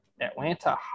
Atlanta